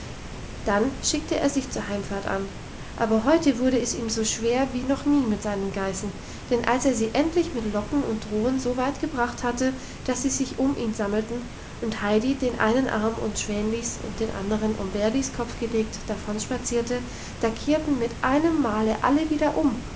dann schickte er sich zur heimfahrt an aber heute wurde es ihm so schwer wie noch nie mit seinen geißen denn als er sie endlich mit locken und drohen so weit gebracht hatte dass sie sich um ihn sammelten und heidi den einen arm um schwänlis und den andern um bärlis kopf gelegt davonspazierte da kehrten mit einem male alle wieder um